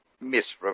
Miss